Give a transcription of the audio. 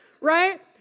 right